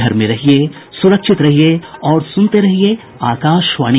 घर में रहिये सुरक्षित रहिये और सुनते रहिये आकाशवाणी